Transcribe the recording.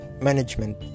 Management